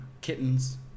Kittens